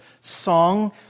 song